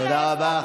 תודה רבה.